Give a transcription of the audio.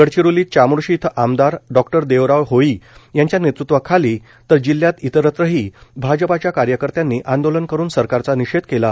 गडचिरोलीत चार्मोशी इथं आमदार डॉक्टर देवराव होळी यांच्या नेतृत्वाखाली तर जिल्ह्यात इतरत्रही भाजपाच्या कार्यकर्त्यांनी आंदोलन करून सरकारचा निषेध केला